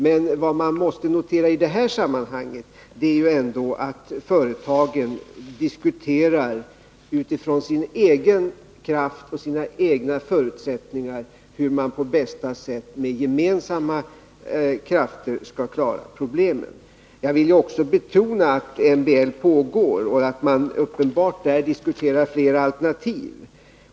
Men vad man måste notera i detta sammanhang är ändå att företagen utifrån sin egen kraft och sina egha förutsättningar diskuterar hur man på bästa sätt med gemensamma krafter Sk I klara problemen. Jag vill också betona att MBL-förhandlingar pågår och att man uppenbarligen diskuterar flera alternativ.